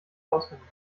auswendig